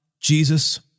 Jesus